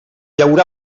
haurà